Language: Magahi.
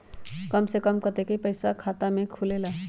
कम से कम कतेइक पैसा में खाता खुलेला?